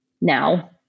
now